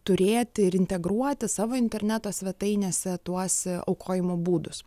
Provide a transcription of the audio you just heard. turėti ir integruoti savo interneto svetainėse tuose aukojimo būdus